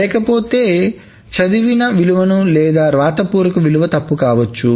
లేకపోతే చదివిన విలువ లేదా వ్రాతపూర్వక విలువ తప్పు కావచ్చు